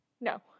No